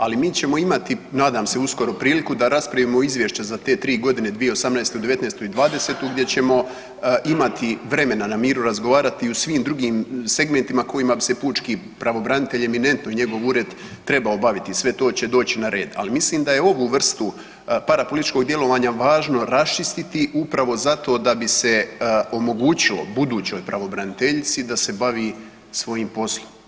Ali mi ćemo imati nadam se uskoro priliku da raspravimo izvješće za te 3.g., 2018., '19. i '20. gdje ćemo imati vremena na miru razgovarati u svim drugim segmentima kojima bi se pučki pravobranitelj eminentno i njegov ured, trebao baviti, sve to će doć na red ali mislim da je ovu vrstu parapolitičkog djelovanja važno raščistiti upravo zato da bi se omogućilo budućoj pravobraniteljici da se bavi svojim poslom.